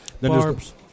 Barbs